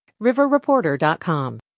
Riverreporter.com